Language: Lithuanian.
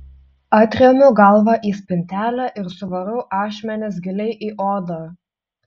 atremiu galvą į spintelę ir suvarau ašmenis giliai į odą